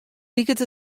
liket